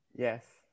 Yes